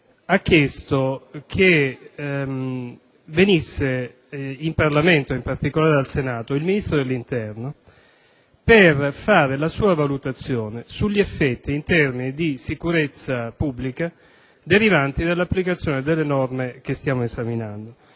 ha chiesto che venisse in Parlamento, in particolare al Senato, il Ministro dell'interno, per esprimere la propria valutazione sugli effetti, in termini di sicurezza pubblica, derivanti dall'applicazione delle norme che stiamo esaminando: